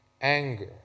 anger